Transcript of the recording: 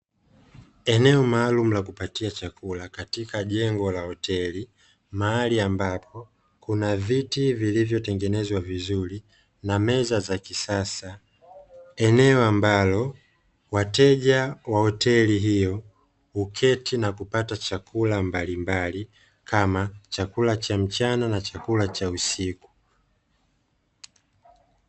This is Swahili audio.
Eneo maalumu la kupatia chakula katika jengo la hoteli, mahali ambapo kuna viti vilivyotengenezwa vizuri na meza za kisasa, eneo ambalo wateja wa hoteli hiyo huketi na kupata chakula mbalimbali, kama chakula cha mchana na chakula cha usiku.